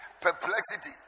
perplexity